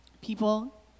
People